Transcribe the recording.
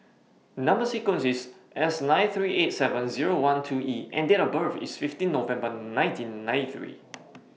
Number sequence IS S nine three eight seven Zero one two E and Date of birth IS fifteen November nineteen ninety three